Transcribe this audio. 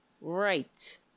right